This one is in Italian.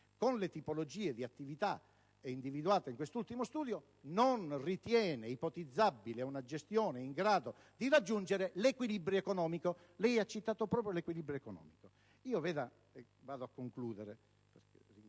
con le tipologie di attività individuate in quest'ultimo studio, non ritiene ipotizzabile una gestione in grado di raggiungere l'equilibrio economico». Lei ha citato proprio l'equilibrio economico, sottosegretario